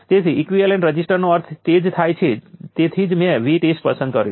તેથી કેપેસિટર એનર્જીને શોષી લે છે અને તે પેસિવ છે